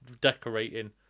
decorating